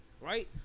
right